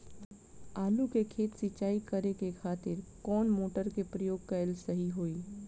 आलू के खेत सिंचाई करे के खातिर कौन मोटर के प्रयोग कएल सही होई?